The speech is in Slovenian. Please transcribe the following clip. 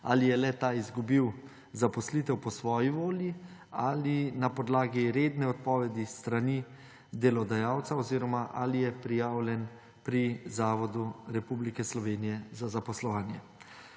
ali je le-ta izgubil zaposlitev po svoji volji ali na podlagi redne odpovedi s strani delodajalca oziroma ali je prijavljen pri Zavodu Republike Slovenije za zaposlovanje.